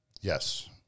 Yes